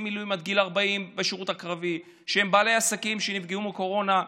מילואים עד גיל 40 בשירות הקרבי שהם בעלי העסקים שנפגעו מקורונה,